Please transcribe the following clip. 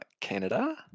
canada